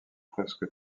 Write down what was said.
presque